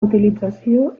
utilització